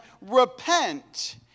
Repent